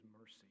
mercy